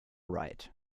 right